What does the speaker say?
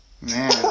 Man